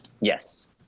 yes